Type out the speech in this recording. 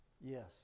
Yes